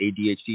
ADHD